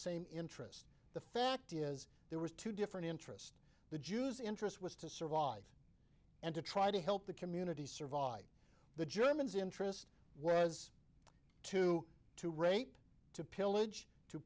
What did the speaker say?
same interest the fact is there was two different interest the jews interest was to survive and to try to help the community survive the germans interest whereas to to rape to pillage to